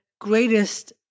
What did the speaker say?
greatest